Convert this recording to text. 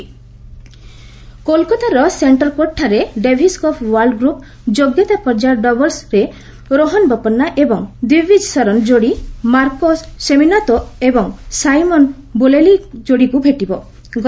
Davis Cup କୋଲ୍କାତାର centre କୋର୍ଟଠାରେ Davis Cup world group ଯୋଗ୍ୟତା ପର୍ଯ୍ୟାୟ ଡବଲ୍ସରେ ରୋହନ୍ ବୋପାନ୍ନା ଏବଂ ଦିବିଜ ଶରଣ ଯୋଡ଼ି ମାର୍କୋ ସେସିନାତୋ ଏବଂ ସାଇମନ ବୋଲେଲି ଯୋଡ଼ିକୁ ଭେଟିବେ